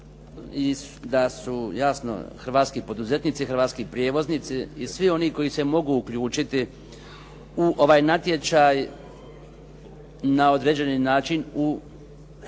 da su jasno hrvatski poduzetnici, hrvatski prijevoznici i svi oni koji se mogu uključiti u ovaj natječaj na određeni način u vezi